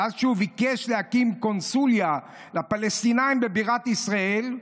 ואז כשהוא ביקש להקים קונסוליה לפלסטינים בבירת ישראל,